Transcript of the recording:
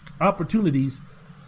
opportunities